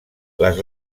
les